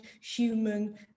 human